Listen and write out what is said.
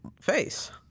face